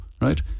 right